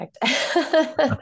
perfect